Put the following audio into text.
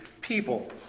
people